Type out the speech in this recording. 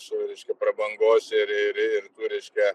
su reiškia prabangos ir reiškia